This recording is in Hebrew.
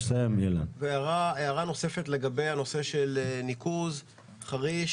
הערה נוספת בנוגע לניקוז חריש.